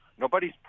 Nobody's